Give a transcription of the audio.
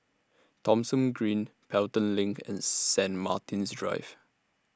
Thomson Green Pelton LINK and Saint Martin's Drive